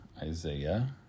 Isaiah